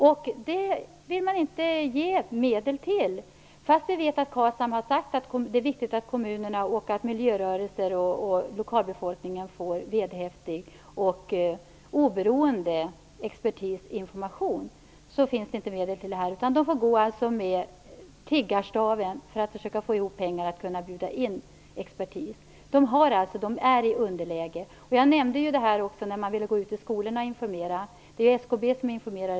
Men det får man inte medel till, trots att vi vet att Karlshamn har sagt att det är viktigt att kommunerna, miljörörelser och lokalbefolkningen får vederhäftig och oberoende expertinformation. Lokalbefolkningen får därför försöka tigga ihop pengar för att kunna bjuda in expertis. Man är alltså i underläge. Jag nämnde tidigare det tillfälle då man ville gå ut i skolorna och informera. I dag är det SKB som sköter den informationen.